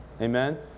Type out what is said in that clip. Amen